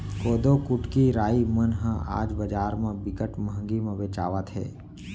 कोदो, कुटकी, राई मन ह आज बजार म बिकट महंगी म बेचावत हे